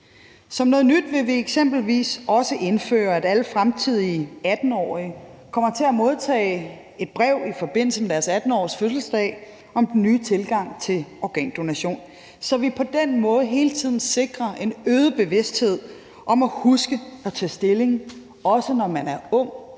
Som noget nyt vil vi eksempelvis også indføre, at alle fremtidige 18-årige kommer til at modtage et brev i forbindelse med deres 18-årsfødselsdag om den nye tilgang til organdonation, så vi på den måde hele tiden sikrer en øget bevidsthed om at huske at tage stilling, også når man er ung